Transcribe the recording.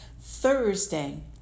Thursday